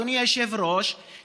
אדוני היושב-ראש,